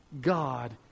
God